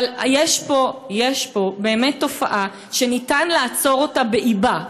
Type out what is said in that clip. אבל יש פה באמת תופעה שניתן לעצור אותה בעודה באִבּה.